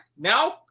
Now